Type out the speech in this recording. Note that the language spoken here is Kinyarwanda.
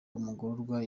umugororwa